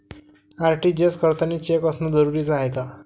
RTGS करतांनी cheque असनं जरुरीच हाय का?